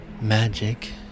magic